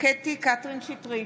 קטי קטרין שטרית,